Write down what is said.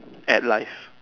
at life